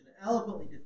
eloquently